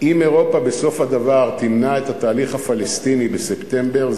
אם אירופה בסוף הדבר תמנע את התהליך הפלסטיני בספטמבר,